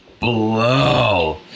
blow